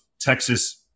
Texas